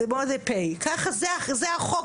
ככה, זה החוק.